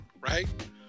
right